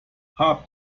hab